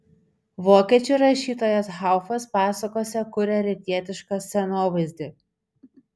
vokiečių rašytojas haufas pasakose kuria rytietišką scenovaizdį